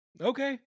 Okay